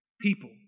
people